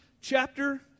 chapter